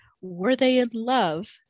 were-they-in-love